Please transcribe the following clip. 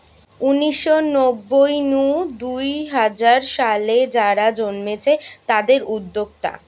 উনিশ শ নব্বই নু দুই হাজার সালে যারা জন্মেছে তাদির উদ্যোক্তা